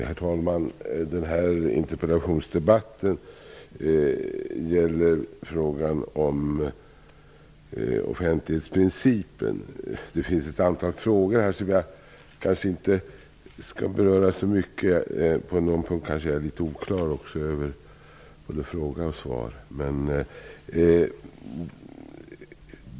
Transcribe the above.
Herr talman! Denna interpellationsdebatt gäller frågan om offentlighetsprincipen. Det finns här ett antal frågor som jag inte skall beröra så mycket. På någon punkt är jag också oklar över både frågan och svaret.